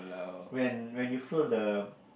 when when you feel the